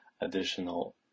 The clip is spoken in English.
additional